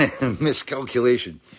Miscalculation